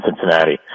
Cincinnati